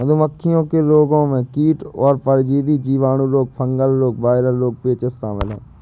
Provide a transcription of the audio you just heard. मधुमक्खी के रोगों में कीट और परजीवी, जीवाणु रोग, फंगल रोग, वायरल रोग, पेचिश शामिल है